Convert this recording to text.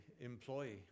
employee